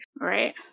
Right